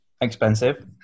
expensive